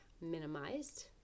minimized